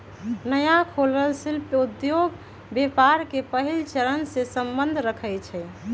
नया खोलल शिल्पि उद्योग व्यापार के पहिल चरणसे सम्बंध रखइ छै